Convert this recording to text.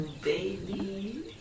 baby